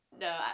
no